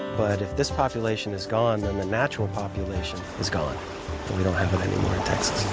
but if this population is gone, then the natural population is gone and we don't have it anymore in texas.